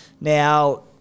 Now